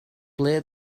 ble